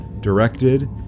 directed